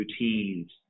routines